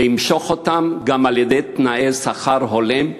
למשוך אותם גם על-ידי תנאי שכר הולם.